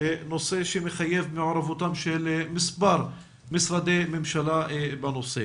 נושא שמחייב מעורבותם של מספר משרדי ממשלה בנושא.